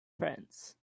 friends